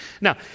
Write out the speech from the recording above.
Now